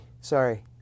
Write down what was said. Sorry